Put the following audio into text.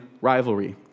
rivalry